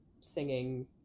singing